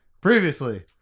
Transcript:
Previously